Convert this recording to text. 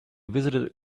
visited